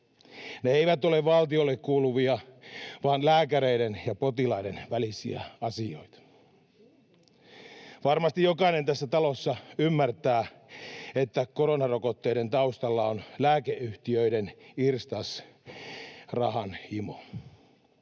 Ne eivät ole valtiolle kuuluvia vaan lääkäreiden ja potilaiden välisiä asioita. Varmasti jokainen tässä talossa ymmärtää, että koronarokotteiden taustalla on lääkeyhtiöiden irstas rahanhimo.